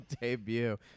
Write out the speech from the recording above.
debut